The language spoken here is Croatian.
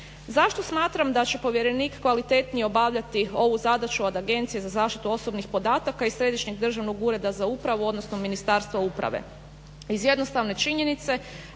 Zašto smatram da će povjerenik kvalitetnije obavljati ovu zadaću od Agencije za zaštitu osobnih podataka i Središnjeg državnog ureda za upravu, odnosno Ministarstva uprave?